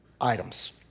items